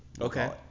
Okay